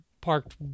parked